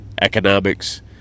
economics